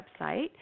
website